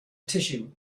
tissue